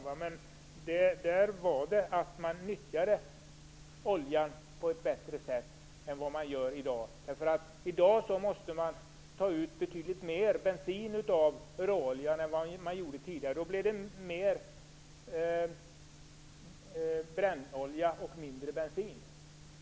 Enligt den beskrivning som jag fick nyttjade man oljan på ett bättre sätt än vad man gör i dag. I dag måste man ta ut betydligt mer bensin av råoljan än vad man gjorde tidigare. Då blev det mer brännolja och mindre bensin.